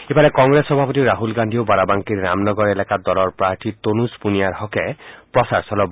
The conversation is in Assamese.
ইফালে কংগ্ৰেছৰ সভাপতি ৰাহুল গান্ধীয়েও বাৰাবাংকীৰ ৰামনগৰ এলেকাত দলৰ প্ৰাৰ্থী তনুজ পুনিয়াৰ সমৰ্থনত প্ৰচাৰ চলাব